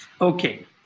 Okay